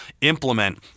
implement